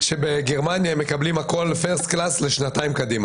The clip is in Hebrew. בגרמניה הם מקבלים הכול לשנתיים קדימה.